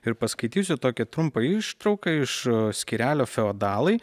ir paskaitysiu tokią trumpą ištrauką iš skyrelio feodalai